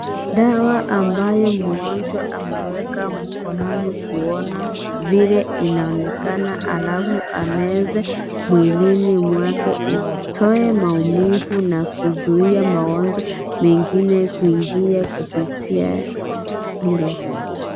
Dawa ambayo mgonjwa ameweka mkononi kuona vile inaonekana alafu ameze mwilini mawake itoe naumivu na kuzuia magonjwa mengine kuingia kupitia....